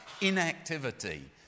inactivity